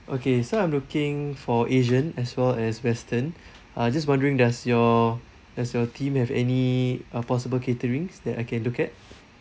okay so I'm looking for asian as well as western ah just wondering does your does your team have any uh possible caterings that I can look at